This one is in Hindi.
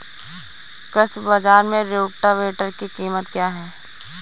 कृषि बाजार में रोटावेटर की कीमत क्या है?